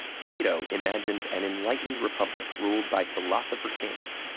plato imagined an enlightened republic ruled by philosopher kings,